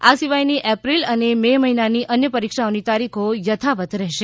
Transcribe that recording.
આ સિવાયની એપ્રિલ અને મે મહિનાની અન્ય પરીક્ષાની તારીખો યથાવત રહેશે